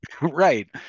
Right